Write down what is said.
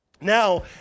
Now